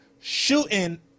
shooting